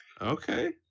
Okay